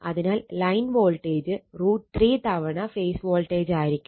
അതായത് line voltage √ 3 തവണ phase voltage ആയിരിക്കും